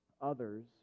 others